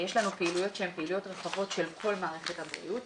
יש לנו פעילויות שהן פעילויות רחבות של כל מערכת הבריאות.